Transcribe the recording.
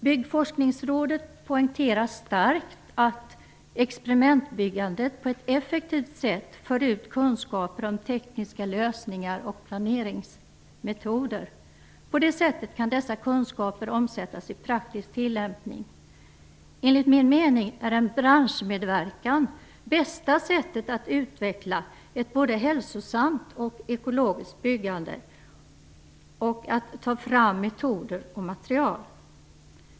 Byggforskningsrådet poängterar starkt att experimentbyggandet på ett effektivt sätt förde ut kunskaper om tekniska lösningar och planeringsmetoder. På det sättet kan dessa kunskaper omsättas i praktisk tilllämpning. Enligt min mening är en branschmedverkan bästa sättet att utveckla ett både hälsosamt och ekologiskt byggande och att ta fram metoder och material.